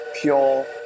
pure